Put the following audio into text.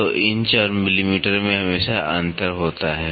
तो इंच （inch）और millimetre （millimetre） में हमेशा अंतर होता है